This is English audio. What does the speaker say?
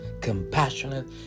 compassionate